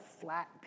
flat